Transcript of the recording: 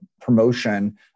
promotion